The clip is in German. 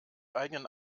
eigenen